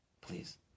Please